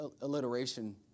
alliteration